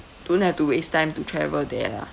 don't have to waste time to travel there lah